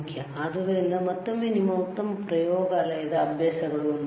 ಆದ್ದರಿಂದ ಮತ್ತೊಮ್ಮೆ ನಿಮ್ಮ ಉತ್ತಮ ಪ್ರಯೋಗಾಲಯದ ಅಭ್ಯಾಸಗಳು ಒಂದು ಭಾಗ